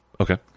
Okay